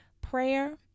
prayer